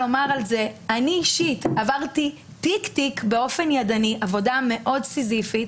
אישית עברתי תיק-תיק באופן ידני עבודה מאוד סיזיפית,